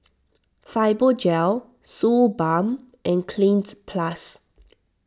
Fibogel Suu Balm and Cleanz Plus